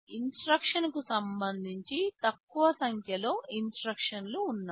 ఇన్స్ట్రక్షన్లకు సంబంధించి తక్కువ సంఖ్యలో ఇన్స్ట్రక్షన్లు ఉన్నాయి